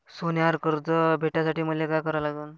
सोन्यावर कर्ज भेटासाठी मले का करा लागन?